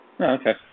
Okay